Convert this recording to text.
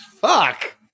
Fuck